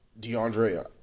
DeAndre